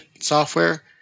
software